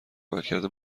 عملکرد